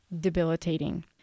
debilitating